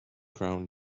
crown